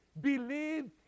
Believe